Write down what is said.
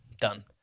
done